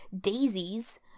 daisies